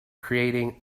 creating